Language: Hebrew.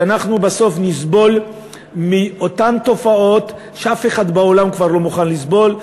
ואנחנו בסוף נסבול מאותן תופעות שאף אחד בעולם כבר לא מוכן לסבול.